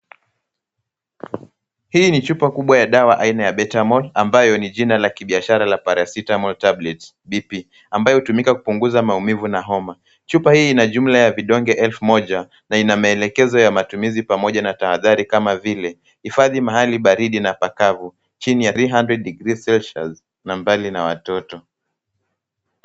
Hii ni chupa kubwa ya dawa aina ya BETAMOL ambayo ni jina la kibiashara la paracetamol tablets bp ambayo hutumika kupunguza maumivu na homa. Chupa hii ina jumla ya vidonge elfu moja na ina maelekezo ya matumizi pamoja na tahadhari kama vile hifadhi mahali baridi na pakavu chini ya 300°C na mbali na watoto.